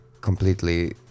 completely